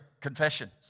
confession